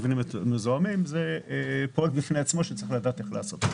מבנים מזוהמים זה פרויקט בפני עצמו שצריך לדעת איך לעשות.